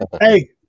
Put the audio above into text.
Hey